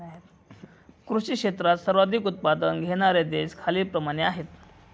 कृषी क्षेत्रात सर्वाधिक उत्पादन घेणारे देश खालीलप्रमाणे आहेत